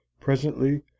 Presently